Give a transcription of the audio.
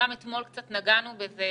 וגם אתמול קצת נגענו בזה,